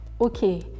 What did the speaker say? okay